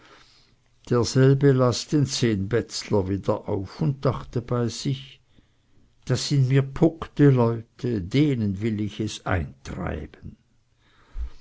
derselbe las den zehnbätzler wieder auf und dachte bei sich das sind mir puckte leute denen will ich es eintreiben